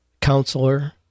counselor